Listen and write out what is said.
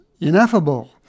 ineffable